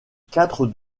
quatre